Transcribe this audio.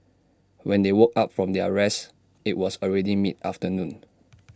when they woke up from their rest IT was already mid afternoon